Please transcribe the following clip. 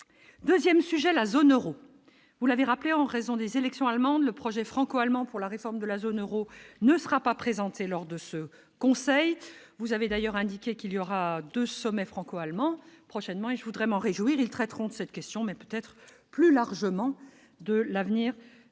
2ème sujet : la zone Euro, vous l'avez rappelé en raison des élections allemandes le projet franco-allemand pour la réforme de la zone Euro ne sera pas présenté lors de ce conseil, vous avez d'ailleurs indiqué qu'il y aura de sommet franco-allemand prochainement et je voudrais m'en réjouir, ils traiteront de cette question, mais peut-être plus largement de l'avenir